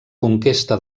conquesta